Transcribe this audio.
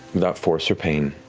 without force or pain,